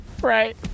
Right